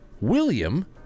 William